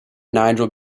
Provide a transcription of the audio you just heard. nigel